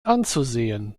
anzusehen